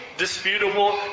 Disputable